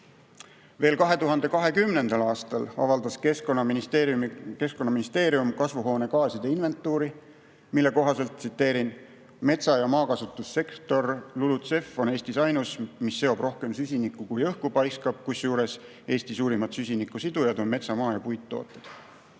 Veel 2020. aastal avaldas Keskkonnaministeerium kasvuhoonegaaside inventuuri, mille kohaselt on: "metsa- ja maakasutussektor (LULUCF) Eestis ainus, mis seob rohkem süsinikku kui õhku paiskab. Eesti suurimad süsiniku sidujad on metsamaa ja puittooted